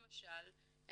למשל,